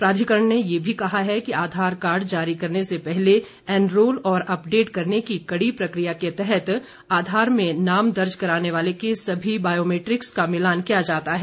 प्रधिकरण ने ये भी कहा है कि आधार कार्ड जारी करने से पहले एनरोल और अपडेट करने की कडी प्रक्रिया के तहत आधार में नाम दर्ज कराने वाले के सभी बॉयोमीटिक्स का मिलान किया जाता है